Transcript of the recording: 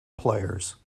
players